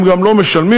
הם גם לא משלמים,